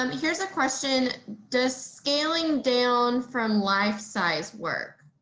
um here's a question. does scaling down from life size work.